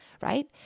right